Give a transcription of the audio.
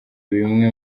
bimwe